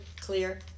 clear